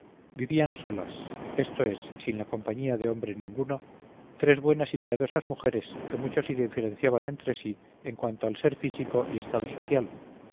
vivían solas esto es sin la compañía de hombre ninguno tres buenas y piadosas mujeres que mucho se diferenciaban entre sí en cuanto al ser físico y estado social